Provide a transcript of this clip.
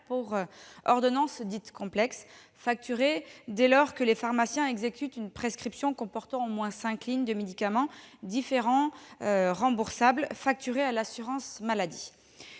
pour ordonnance dite « complexe », facturé dès lors que les pharmaciens exécutent une prescription comportant au moins cinq lignes de médicaments différents remboursables, facturés à l'assurance maladie.